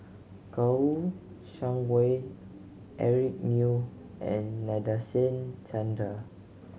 Kouo Shang Wei Eric Neo and Nadasen Chandra